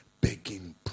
begging